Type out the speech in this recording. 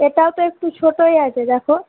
এটাও তো একটু ছোটোই আছে দেখো